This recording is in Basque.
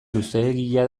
luzeegia